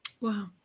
Wow